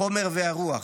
החומר והרוח,